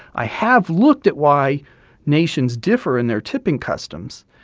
i have looked at why nations differ in their tipping customs.